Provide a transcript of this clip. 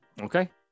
Okay